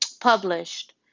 published